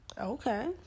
okay